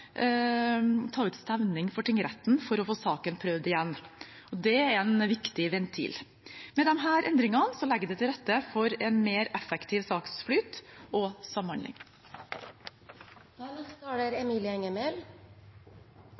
ta ut stevning for tingretten for å få saken prøvd igjen. Det er en viktig ventil. Med disse endringene legges det til rette for en mer effektiv saksflyt og samhandling. Det er